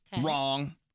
Wrong